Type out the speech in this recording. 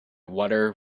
water